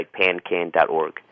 pancan.org